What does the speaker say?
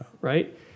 right